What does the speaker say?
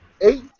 Eight